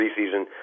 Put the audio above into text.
preseason